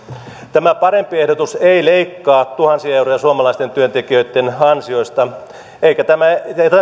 tämä parempi ehdotus ei leikkaa tuhansia euroja suomalaisten työntekijöitten ansioista